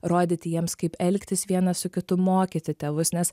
rodyti jiems kaip elgtis vienas su kitu mokyti tėvus nes